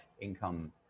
income